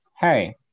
hey